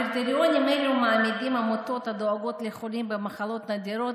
הקריטריונים האלה מעמידים עמותות הדואגות לחולים במחלות נדירות